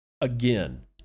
Again